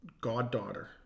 goddaughter